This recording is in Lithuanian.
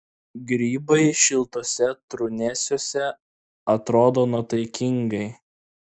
grybai šiltuose trūnėsiuose atrodo nuotaikingai